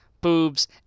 Boobs